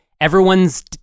everyone's